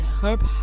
Herb